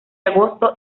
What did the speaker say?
agosto